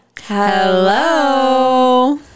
Hello